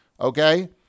okay